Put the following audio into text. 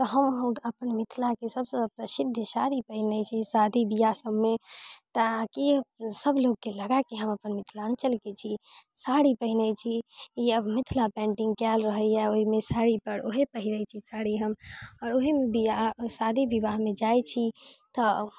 तऽ हम अपन मिथिलाके सबसँ प्रसिद्ध साड़ी पहिनै छी शादी विवाह सबमे ताकि सब लोगके लगै कि हम अपन मिथिलाञ्चलके छी साड़ी पहिनै छी मिथिला पेंटिंग कयल रहैय ओइमे साड़ीपर उहे पहिरै छी साड़ीपर हम आओर उहेमे विवाह शादी विवाहमे जाइ छी तऽ